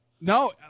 No